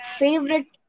favorite